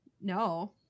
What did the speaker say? No